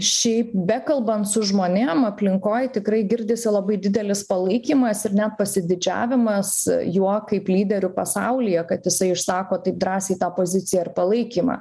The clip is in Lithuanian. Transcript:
šiaip bekalbant su žmonėm aplinkoj tikrai girdisi labai didelis palaikymas ir net pasididžiavimas juo kaip lyderiu pasaulyje kad jisai išsako taip drąsiai tą poziciją ir palaikymą